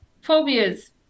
phobias